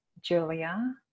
julia